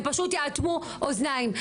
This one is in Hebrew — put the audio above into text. הן פשוט יאטמו אוזניים,